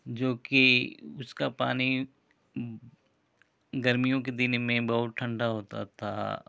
जो कि उसका पानी गर्मियों के दिन में बहुत ठंडा होता था